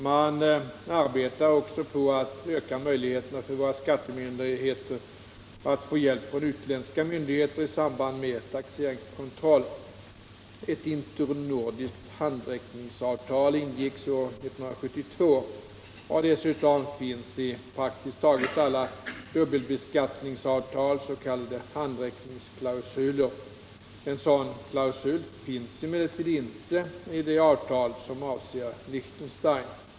Man arbetar också på att öka möjligheterna för våra skattemyndigheter att få hjälp från utländska myndigheter i samband med taxeringskontroll. Ett internordiskt handräckningsavtal ingicks år 1972. Dessutom finns i praktiskt taget alla dubbelbeskattningsavtal s.k. handräckningsklausuler. En sådan klausul finns emellertid inte i det avtal som avser Liechtenstein.